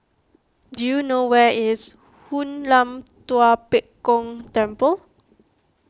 do you know where is Hoon Lam Tua Pek Kong Temple